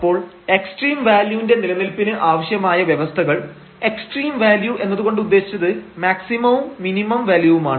അപ്പോൾ എക്സ്ട്രീം വാല്യുന്റെ നിലനിൽപ്പിന് ആവശ്യമായ വ്യവസ്ഥകൾ എക്സ്ട്രീം വാല്യൂ എന്നതുകൊണ്ട് ഉദ്ദേശിച്ചത് മാക്സിമവും മിനിമം വാല്യൂവുമാണ്